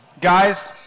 guys